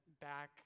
back